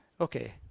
Okay